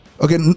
Okay